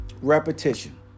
repetition